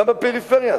גם בפריפריה,